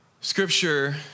Scripture